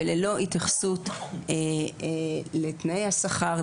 וללא התייחסות לתנאי השכר,